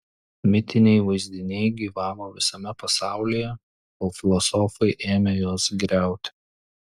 mitiniai vaizdiniai gyvavo visame pasaulyje kol filosofai ėmė juos griauti